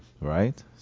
Right